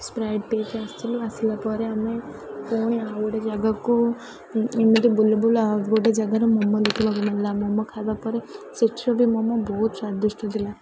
Sprite ପିଇକି ଆସିଲୁ ଆସିଲା ପରେ ଆମେ ପୁଣି ଆଉ ଗୋଟେ ଜାଗାକୁ ଏମିତି ବୁଲୁ ବୁଲୁ ଆଉ ଗୋଟେ ଜାଗାରୁ ମୋମୋ ଦେଖି ଲୋଭ ଲାଗିଲା ମୋମୋ ଖାଇବା ପରେ ସେଠିର ବି ମୋମୋ ବହୁତ ସ୍ୱାଦିଷ୍ଟ ଥିଲା